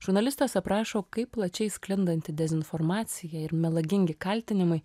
žurnalistas aprašo kaip plačiai sklindanti dezinformacija ir melagingi kaltinimai